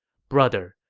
brother,